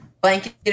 blanket